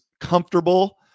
comfortable